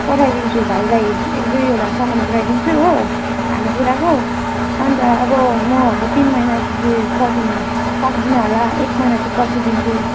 पठाइदिन्छु भाइलाई एक दुईवटा सामान पठाइदिन्छु हो खाने कुराको अन्त अब म अबो तिन महिना जस्तो चाहिँ पर्खिनु सक्दिनँ होला एक महिना चाहिँ पर्खिदिन्छु